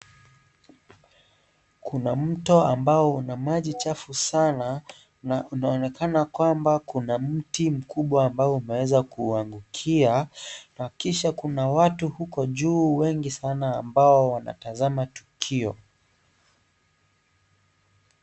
Kuna mto ambao una maji chafu sana, na unaonekana kwamba kuna mti mkubwa ambao umeweza kuwaangukia, na kisha kuna watu huko juu wengi sana ambao wanatazama tukio.